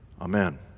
Amen